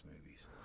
movies